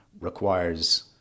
requires